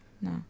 No